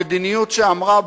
המדיניות שאמרה,